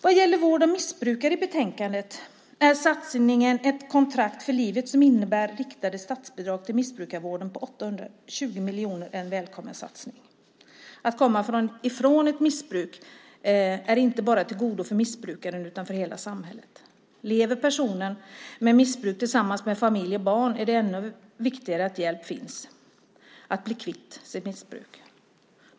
Vad gäller vård av missbrukare tar man i betänkandet upp satsningen Ett kontrakt för livet som innebär riktade statsbidrag till missbrukarvården på 820 miljoner. Det är en välkommen satsning. Att komma ifrån ett missbruk är av godo inte bara för missbrukaren utan för hela samhället. Om personen med missbruk lever tillsammans med familj och barn är det ännu viktigare att hjälp finns för att bli kvitt sitt missbruk.